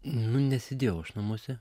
nu nesėdėjau aš namuose